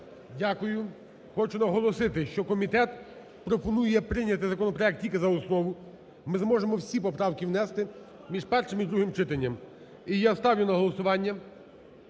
Дякую. Хочу наголосити, що комітет пропонує прийняти законопроект тільки за основу. Ми зможемо всі поправки внести між першим і другим читанням. І я ставлю на голосування